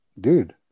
dude